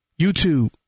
YouTube